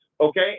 Okay